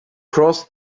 crossed